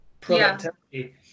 productivity